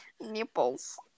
Nipples